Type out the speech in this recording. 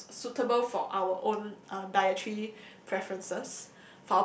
um suitable for our own uh dietary preferences